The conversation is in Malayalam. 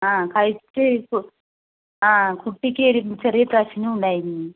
ആ കഴിച്ച് ആ കുട്ടിക്ക് ഒരു ചെറിയ പ്രശ്നം ഉണ്ടായിരുന്നു